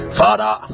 father